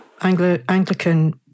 Anglican